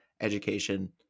education